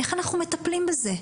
איך אנחנו מטפלים בזה?